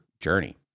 journey